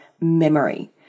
memory